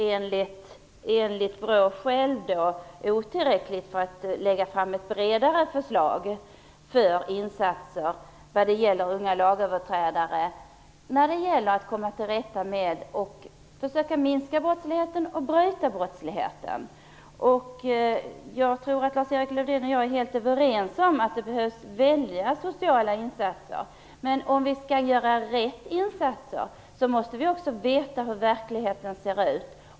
Enligt BRÅ är det otillräckligt för att man skall kunna lägga fram ett bredare förslag om insatser när det gäller att komma till rätta med unga lagöverträdare och försöka minska och bryta brottsligheten. Jag tror att Lars-Erik Lövdén och jag är helt överens om att det behövs stora sociala insatser. Om vi skall göra rätt insatser, måste vi också veta hur verkligheten ser ut.